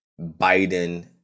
Biden